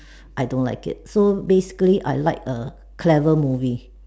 I don't like it so basically I like a clever movie